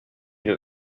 that